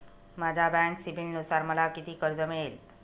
माझ्या बँक सिबिलनुसार मला किती कर्ज मिळेल?